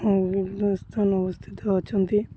ସ୍ଥାନ ଅବସ୍ଥିତ ଅଛନ୍ତି